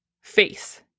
face